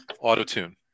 auto-tune